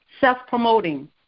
self-promoting